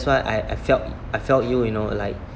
why I I felt I felt you you know like